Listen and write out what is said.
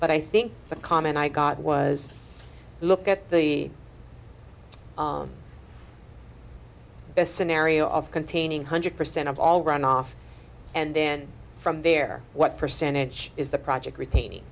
but i think the comment i got was look at the best scenario of containing hundred percent of all runoff and then from there what percentage is the project retaining